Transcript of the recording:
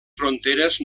fronteres